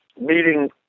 meeting